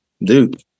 dude